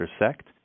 intersect